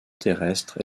terrestre